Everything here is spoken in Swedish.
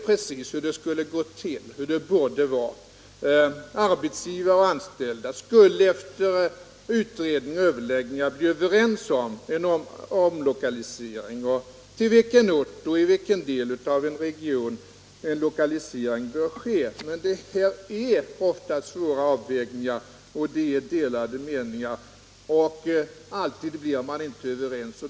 Jag vet precis hur det borde vara: arbetsgivare och anställda skulle efter utredningar och överläggningar bli överens om en omlokalisering, både i fråga om orten och delen av regionen. Men det gäller här ofta svåra avvägningar, där det finns delade meningar. Man blir inte alltid överens.